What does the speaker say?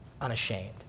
unashamed